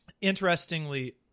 interestingly